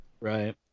right